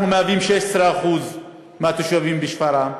אנחנו 16% מהתושבים בשפרעם,